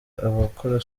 abakora